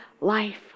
life